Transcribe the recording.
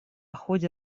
ходе